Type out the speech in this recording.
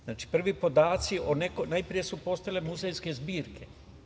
Znači, prvi podaci, najpre su postojale muzejske zbirke.